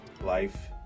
life